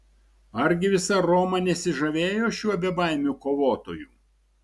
argi visa roma nesižavėjo šiuo bebaimiu kovotoju